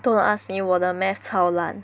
don't ask me 我的 Math 超烂